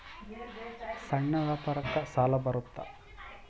ಸಣ್ಣ ವ್ಯಾಪಾರಕ್ಕ ಸಾಲ ಬರುತ್ತಾ?